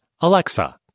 Alexa